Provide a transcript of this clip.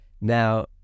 Now